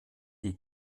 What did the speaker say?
die